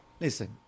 Listen